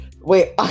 Wait